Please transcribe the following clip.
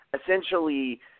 essentially –